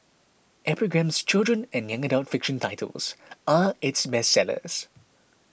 epigram's children and young adult fiction titles are its bestsellers